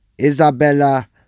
Isabella